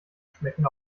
schmecken